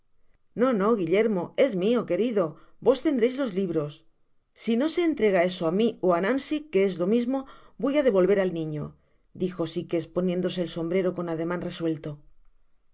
no no guillermo es mio querido vos tendreis los libros si no se entrega eso á mi ó á nancy que es lo mismo voy á devolver al niño dijo sikes poniéndose el sombrero con ademan resuelto